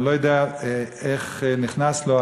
ואני לא יודע איך נכנסה לו,